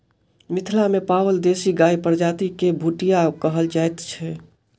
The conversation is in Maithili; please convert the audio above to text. मिथिला मे पाओल देशी गायक प्रजाति के भुटिया कहल जाइत छै